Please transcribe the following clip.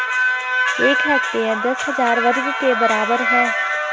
एक हेक्टेयर दस हजार वर्ग मीटर के बराबर है